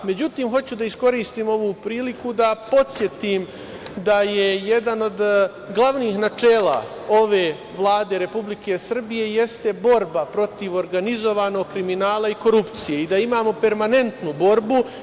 Međutim, hoću da iskoristim ovu priliku da podsetim da jedan od glavnih načela ove Vlade Republike Srbije jeste borba protiv organizovanog kriminala i korupcije i da imamo permanentnu borbu.